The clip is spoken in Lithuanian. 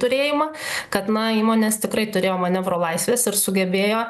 turėjimą kad na įmonės tikrai turėjo manevro laisvės ir sugebėjo